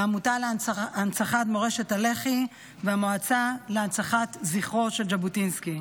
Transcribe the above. העמותה להנצחה מורשת הלח"י והמועצה להנצחת זכרו של ז'בוטינסקי,